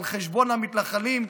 על חשבון המתנחלים,